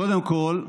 קודם כול,